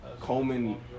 Coleman